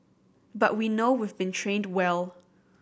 but we know we've been trained well